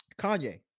Kanye